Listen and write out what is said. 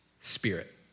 spirit